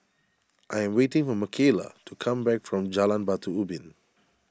I am waiting for Makayla to come back from Jalan Batu Ubin